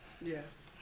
Yes